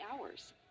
hours